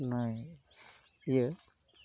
ᱱᱩᱭ ᱤᱭᱟᱹ